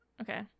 Okay